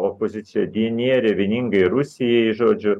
opozicioninierė vieningai rusijai žodžiu